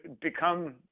become